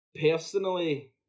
Personally